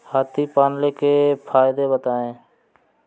हाथी पालने के फायदे बताए?